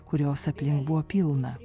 kurios aplink buvo pilna